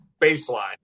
baseline